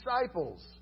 disciples